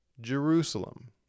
Jerusalem